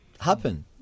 happen